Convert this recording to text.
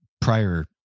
prior